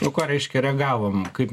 nu ką reiškia reagavom kaip